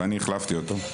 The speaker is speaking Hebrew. ואני החלפתי אותו.